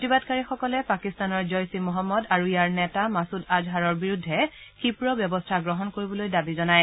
প্ৰতিবাদকাৰীসকলে পাকিস্তানৰ জইচ ই মহম্মদ আৰু ইয়াৰ নেতা মাছুদ আজহাৰৰ বিৰুদ্ধে ক্ষীপ্ৰ ব্যৱস্থা গ্ৰহণ কৰিবলৈ দাবী জনায়